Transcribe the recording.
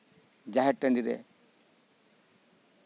ᱡᱟᱸᱦᱮᱨ ᱴᱟᱺᱰᱤᱨᱮ